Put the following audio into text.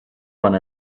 one